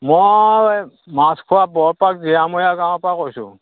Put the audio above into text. মই মাছখোৱা বৰপাক জীয়ামূৰীয়া গাঁৱৰ পৰা কৈছোঁ